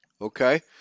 Okay